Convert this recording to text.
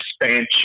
expansion